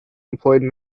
employed